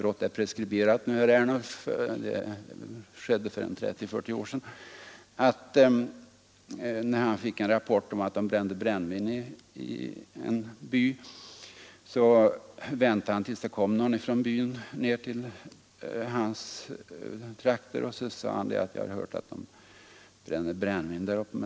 Brottet är preskriberat nu, herr Ernulf, det skedde för 30—40 år sedan. Då väntade denne landsfiskal till dess att det kom någon från den där byn ner till hans trakter. Då sade han: ”Jag har hört sägas att någon där uppe gör brännvin.